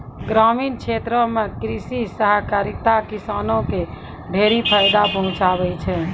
ग्रामीण क्षेत्रो म कृषि सहकारिता किसानो क ढेरी फायदा पहुंचाबै छै